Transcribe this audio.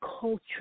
culture